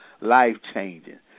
life-changing